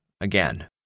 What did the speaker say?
again